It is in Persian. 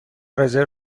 رزرو